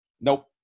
Nope